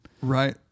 right